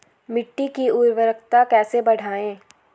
मिट्टी की उर्वरकता कैसे बढ़ायें?